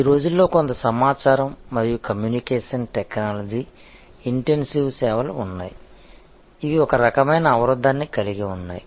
ఈ రోజుల్లో కొంత సమాచారం మరియు కమ్యూనికేషన్ టెక్నాలజీ ఇంటెన్సివ్ సేవలు ఉన్నాయి ఇవి ఒకరకమైన అవరోధాన్ని కలిగి ఉన్నాయి